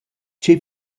che